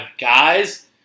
guys